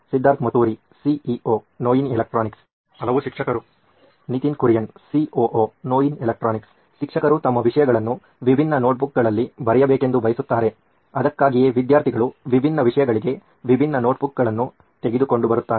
Siddharth Maturi CEO ನೋಯಿನ್ electronics ಹಲವು ಶಿಕ್ಷಕರು ನಿತಿನ್ ಕುರಿಯನ್ ಸಿಒಒ ನೋಯಿನ್ ಎಲೆಕ್ಟ್ರಾನಿಕ್ಸ್ ಶಿಕ್ಷಕರು ತಮ್ಮ ವಿಷಯಗಳನ್ನು ವಿಭಿನ್ನ ನೋಟ್ಬುಕ್ಗಳಲ್ಲಿ ಬರೆಯಬೇಕೆಂದು ಬಯಸುತ್ತಾರೆ ಅದಕ್ಕಾಗಿಯೇ ವಿದ್ಯಾರ್ಥಿಗಳು ವಿಭಿನ್ನ ವಿಷಯಗಳಿಗೆ ವಿಭಿನ್ನ ನೋಟ್ಬುಕ್ಗಳನ್ನು ತೆಗೆದುಕೊಂಡುಬರುತ್ತಾರೆ